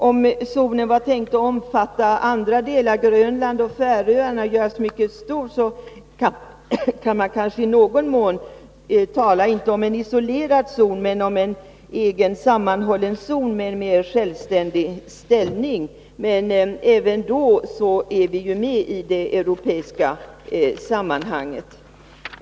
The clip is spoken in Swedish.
Om det var tänkt att zonen skulle göras mycket stor och omfatta t.ex. Grönland och Färöarna, kunde man kanske i någon mån ha talat inte om en isolerad zon men om en egen, sammanhållen zon med en mer självständig ställning. Men även då skulle vi vara med i det europeiska sammanhanget.